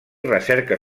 recerca